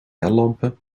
lampen